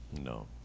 No